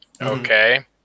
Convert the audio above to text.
Okay